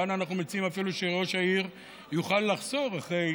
כאן אנחנו מציעים אפילו שראש העיר יוכל לחזור אחרי